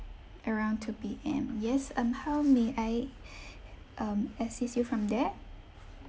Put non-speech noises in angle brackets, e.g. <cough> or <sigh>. around two P_M yes um how may I <breath> um assist you from there